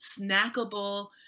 snackable